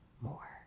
more